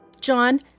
John